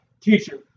Teacher